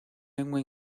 lengua